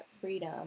freedom